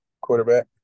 quarterback